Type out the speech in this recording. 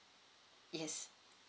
yes